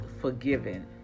forgiven